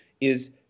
is-